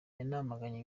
yanamaganye